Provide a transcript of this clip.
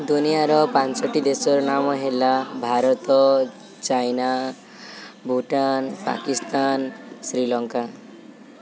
ଦୁନିଆର ପାଞ୍ଚଟି ଦେଶର ନାମ ହେଲା ଭାରତ ଚାଇନା ଭୁଟାନ ପାକିସ୍ତାନ ଶ୍ରୀଲଙ୍କା